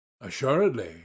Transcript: assuredly